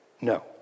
no